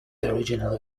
originally